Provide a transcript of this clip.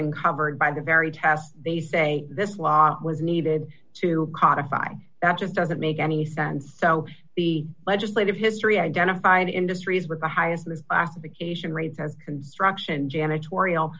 been covered by the very test they say this law was needed to cause by that just doesn't make any sense so the legislative history identified industries with the highest this classification rates as construction janitorial